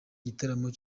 gitaramo